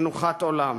מנוחת עולם.